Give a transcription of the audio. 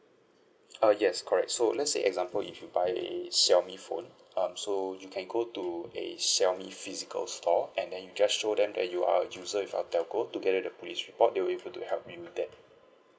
uh yes correct so let's say example if you buy Xiaomi phone um so you can go to a Xiaomi physical store and then you just show them that you are a user of our telco together the police report they will able to help you with that